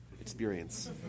experience